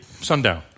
sundown